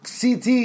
CT